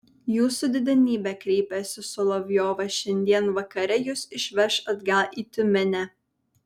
jūsų didenybe kreipėsi solovjovas šiandien vakare jus išveš atgal į tiumenę